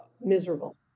miserable